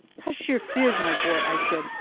hush your fears, my boy, i said,